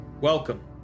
Welcome